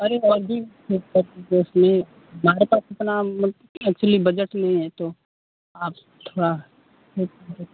अरे और भी उसमें हमारे पास इतना मतलब कि ऐक्चुली बजट नहीं है तो आप थोड़ा हेल्प करें